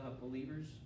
believers